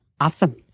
Awesome